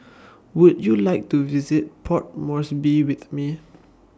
Would YOU like to visit Port Moresby with Me